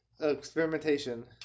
experimentation